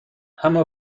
اما